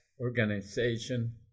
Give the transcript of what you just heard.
organization